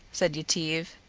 said yetive.